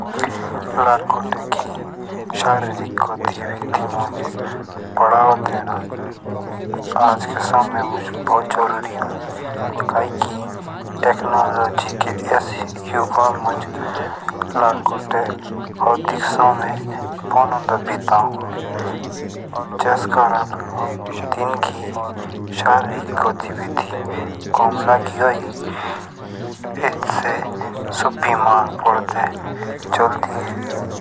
लड़कोटे की शारीरिक गतिविधि मुझ बढ़ावा देना आज के समय मुझ बढ़ावा देना कई की टेक्नोलॉजी के स युगो मुझ लड़कोटे अधिक समय फोनोड़े बिताओ जैस करण तिन की शारीरिक गतिविधि कम लगी होए इत से सो बीमार पडड़े जल्दी।